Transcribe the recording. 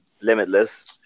limitless